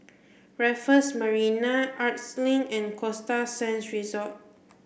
Raffles Marina Arts Link and Costa Sands Resort